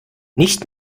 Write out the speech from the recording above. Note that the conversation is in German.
nicht